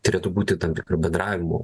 turėtų būti tam tikro bendravimų